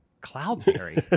Cloudberry